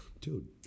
Dude